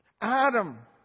Adam